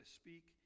speak